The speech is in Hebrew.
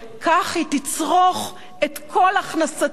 כך היא תצרוך את כל הכנסתה,